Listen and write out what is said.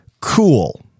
Cool